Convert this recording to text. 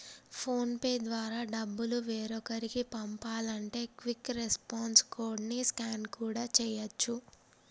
phone pay ద్వారా డబ్బులు వేరొకరికి పంపాలంటే క్విక్ రెస్పాన్స్ కోడ్ ని స్కాన్ కూడా చేయచ్చు